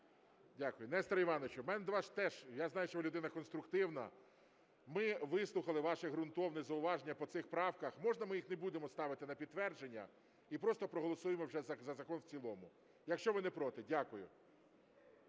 Дякую. Нестор Іванович, у мене до вас теж, я знаю, що ви людина конструктивна, ми вислухали ваше ґрунтовне зауваження по цим правкам, можна ми їх не будемо ставити на підтвердження і просто проголосуємо вже за закон в цілому? Якщо ви не проти. Дякую.